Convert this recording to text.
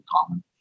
common